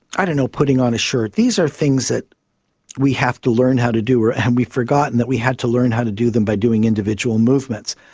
i don't know, putting on a shirt, these are things that we have to learn how to do and we've forgotten that we had to learn how to do them by doing individual movements.